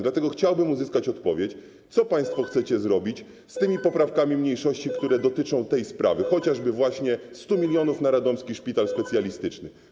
Dlatego chciałbym uzyskać odpowiedź: Co państwo chcecie zrobić z wnioskami mniejszości, które dotyczą tej sprawy, chociażby właśnie 100 mln na Radomski Szpital Specjalistyczny?